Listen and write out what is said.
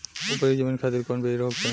उपरी जमीन खातिर कौन बीज होखे?